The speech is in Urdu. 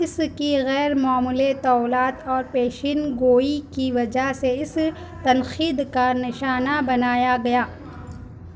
اس کی غیرمعمولی طوالت اور پیشین گوئی کی وجہ سے اس تنقید کا نشانہ بنایا گیا